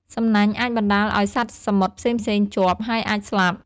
សំណាញ់អាចបណ្តាលឲ្យសត្វសមុទ្រផ្សេងៗជាប់ ហើយអាចស្លាប់។